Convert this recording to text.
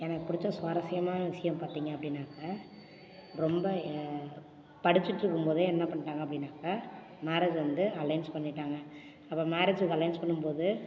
எனக்கு பிடிச்ச சுவாரஸ்யமான விஷயம் பார்த்திங்க அப்படினாக்க ரொம்ப படிச்சுட்டு இருக்கும் போதே என்ன பண்ணிட்டாங்க அப்படினாக்கா மேரேஜ் வந்து அலைன்ஸ் பண்ணிட்டாங்க அப்போ மேரேஜ்க்கு அலைன்ஸ் பண்ணும் போது